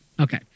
Okay